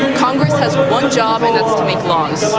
congress has one job and that's to make laws,